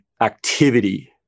activity